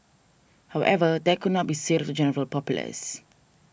however that could not be said of the general populace